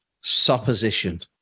Supposition